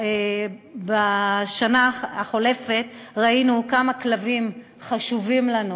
ובשנה החולפת ראינו כמה כלבים חשובים לנו,